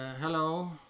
Hello